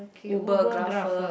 Ubergrapher